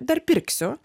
dar pirksiu